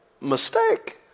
Mistake